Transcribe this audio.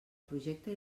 projecte